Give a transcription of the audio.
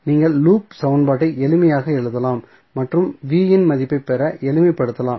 நீங்கள் லூப் சமன்பாட்டை எளிமையாக எழுதலாம் மற்றும் v இன் மதிப்பைப் பெற எளிமைப்படுத்தலாம்